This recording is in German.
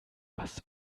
was